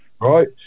right